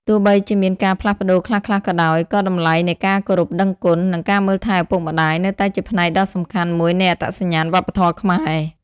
ទោះបីជាមានការផ្លាស់ប្តូរខ្លះៗក៏ដោយ ក៏តម្លៃនៃការគោរពដឹងគុណ និងការមើលថែឪពុកម្តាយនៅតែជាផ្នែកដ៏សំខាន់មួយនៃអត្តសញ្ញាណវប្បធម៌ខ្មែរ។